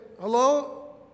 hello